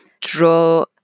draw